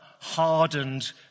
hardened